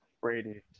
Brady